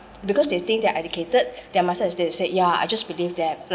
because they think they are educated their yeah I just believe them like